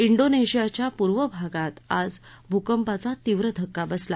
डोनशियाच्या पूर्व भागात आज भूकंपाचा तीव्र धक्का बसला